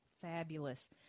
Fabulous